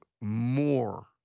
more